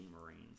Marines